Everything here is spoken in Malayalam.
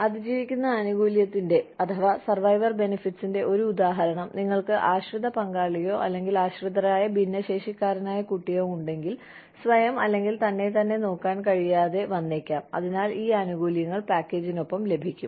അതിജീവിക്കുന്ന ആനുകൂല്യത്തിന്റെ ഒരു ഉദാഹരണം നിങ്ങൾക്ക് ആശ്രിത പങ്കാളിയോ അല്ലെങ്കിൽ ആശ്രിതരായ ഭിന്നശേഷിക്കാരനായ കുട്ടിയോ ഉണ്ടെങ്കിൽ സ്വയം അല്ലെങ്കിൽ തന്നെത്തന്നെ നോക്കാൻ കഴിയാതെ വന്നേക്കാം അതിനാൽ ഈ ആനുകൂല്യങ്ങൾ പാക്കേജിനൊപ്പം ലഭിക്കും